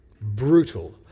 Brutal